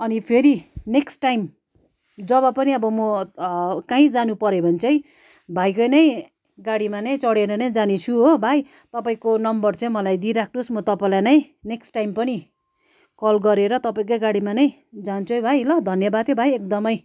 अनि फेरि next time जब पनि अब म कहीँ जानुपऱ्यो भने चाहिँ भाइकै नै गाडीमा नै चढेर नै जाने छु हो भाइ तपाईँको नम्बर चाहिँ मलाई दिइराख्नुहोस् म तपाईँलाई नै नेक्स्ट टाइम पनि कल गरेर तपाईँकै गाडीमा नै जान्छु है भाइ ल धन्यवाद है भाइ एकदमै